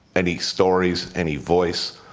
any stories, any voice,